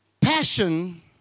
passion